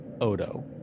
Odo